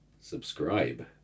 Subscribe